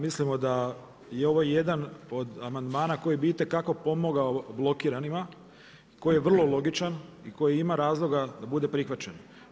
Mislimo da je ovo jedan od amandmana koji bi itekako pomogao blokiranima, koji je vrlo logičan i koji ima razloga da bude prihvaćen.